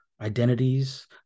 identities